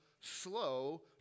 slow